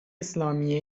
اسلامی